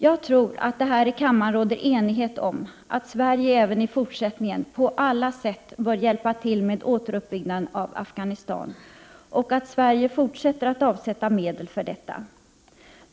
Jag tror att det här i kammaren råder enighet om att Sverige även i fortsättningen på alla sätt börjar hjälpa till med återuppbyggnaden av Afghanistan och om att Sverige skall fortsätta att avsätta medel för detta ändamål.